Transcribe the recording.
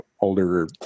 older